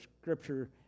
Scripture